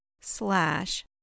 slash